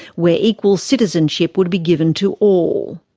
where equal citizenship would be given to all.